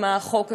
על החוק הזה.